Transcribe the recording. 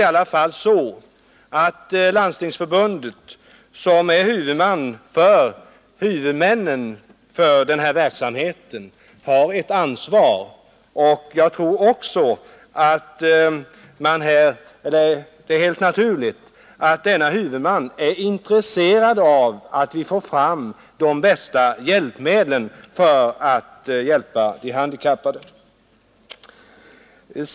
Men, herr Carlshamre, Landstingsförbundet, som är huvudman för huvudmännen för denna verksamhet, har väl ändå ett ansvar. Det är helt naturligt att denna huvudman är intresserad av att vi får fram de bästa hjälpmedlen till de handikappade.